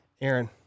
Aaron